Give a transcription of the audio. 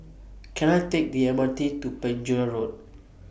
Can I Take The M R T to Penjuru Road